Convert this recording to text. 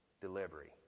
delivery